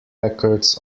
records